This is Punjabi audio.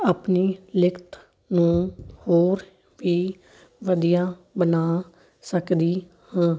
ਆਪਣੀ ਲਿਖਤ ਨੂੰ ਹੋਰ ਵੀ ਵਧੀਆ ਬਣਾ ਸਕਦੀ ਹਾਂ